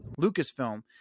Lucasfilm